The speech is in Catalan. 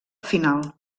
final